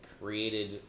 created